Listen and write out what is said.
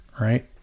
right